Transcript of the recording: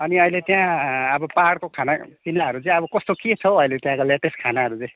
अनि अहिले त्यहाँ अब पहाडको खानापिनाहरू चाहिँ कस्तो के छ हौ अहिले त्यहाँको लेटेस्ट खानाहरू चाहिँ